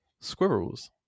squirrels